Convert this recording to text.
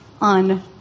on